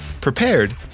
prepared